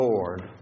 Lord